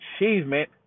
achievement